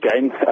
game